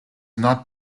not